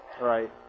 Right